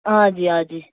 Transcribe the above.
آ جی آ جی